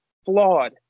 flawed